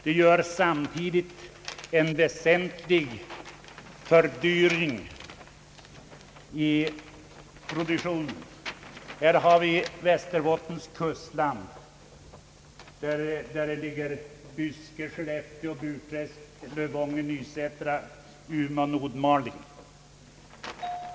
Det innebär samtidigt en väsentlig fördyring av produktionen. Tillåt mig, herr talman, att inför kammaren visa upp en karta över Västerbotten. Där ligger Byske, Skellefteå, Burträsk, Lövånger, Nysätra och Nordmaling.